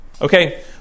Okay